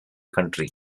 country